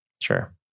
Sure